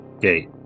gate